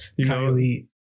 Kylie